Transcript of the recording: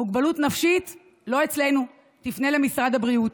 מוגבלות נפשית, לא אצלנו, תפנה למשרד הבריאות.